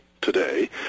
today